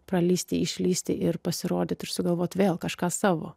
pralįsti išlįsti ir pasirodyt ir sugalvot vėl kažką savo